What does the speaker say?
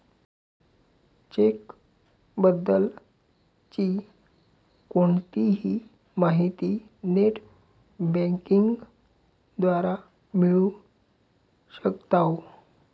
check बद्दल ची कोणतीही माहिती नेट बँकिंग द्वारा मिळू शकताव